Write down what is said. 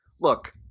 Look-